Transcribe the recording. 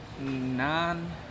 nine